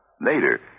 Later